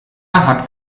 hat